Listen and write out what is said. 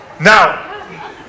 Now